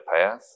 path